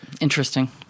Interesting